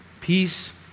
peace